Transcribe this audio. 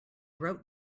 wrote